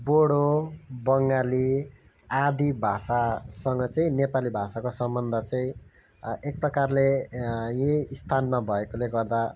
बोडो बङ्गाली आदि भाषासँग चाहिँ नेपाली भाषाको सम्बन्ध चाहिँ एकप्रकारले यहीँ स्थानमा भएकोले गर्दा